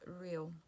real